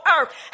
earth